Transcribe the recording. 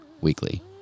weekly